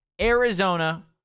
Arizona